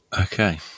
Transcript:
okay